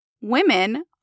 women